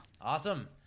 Awesome